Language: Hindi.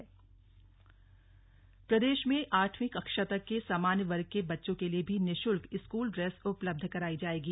स्लग निशुल्क ड्रेस प्रदेश में आठवीं कक्षा तक के सामान्य वर्ग के बच्चों के लिए भी निःशुल्क स्कूल ड्रेस उपलब्ध कराई जायेगी